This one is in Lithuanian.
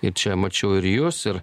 ir čia mačiau ir jus ir